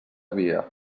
via